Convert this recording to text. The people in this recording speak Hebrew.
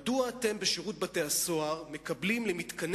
מדוע אתם בשירות בתי-הסוהר מקבלים למתקני